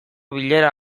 bilera